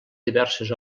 diverses